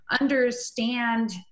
understand